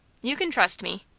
you can trust me.